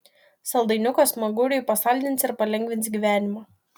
saldainukas smaguriui pasaldins ir palengvins gyvenimą